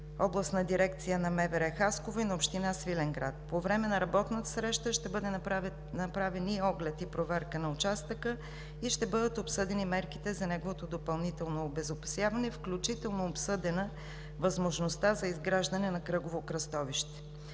Областна дирекция на МВР – Хасково, и на община Свиленград. По време на работната среща ще бъде направен и оглед, и проверка на участъка, ще бъдат обсъдени мерките за неговото допълнително обезопасяване, включително обсъдена възможността за изграждане на кръгово кръстовище.